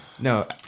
no